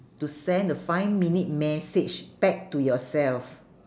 to send a five minute message back to yourself